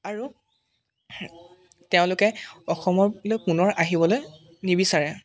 আৰু তেওঁলোকে অসমলৈ পুনৰ আহিবলৈ নিবিচাৰে